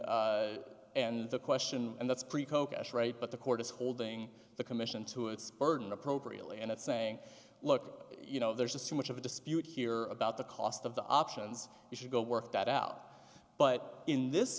and and the question and that's pretty coke ash right but the court is holding the commission to its burden appropriately and it's saying look you know there's just too much of a dispute here about the cost of the options you should go work that out but in this